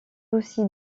aussi